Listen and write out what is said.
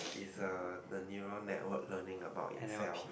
it's a the neural network learning about itself